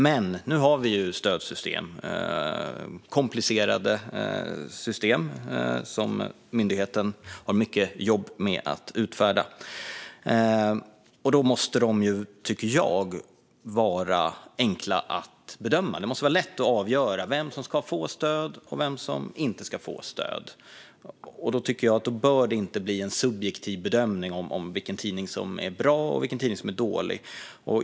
Men nu har vi stödsystem, komplicerade system, som myndigheten har mycket jobb med. Då måste det, tycker jag, vara enkelt att bedöma. Det måste vara lätt att avgöra vem som ska få stöd och vem som inte ska få stöd. Då bör det inte bli en subjektiv bedömning av vilken tidning som är bra och vilken tidning som är dålig.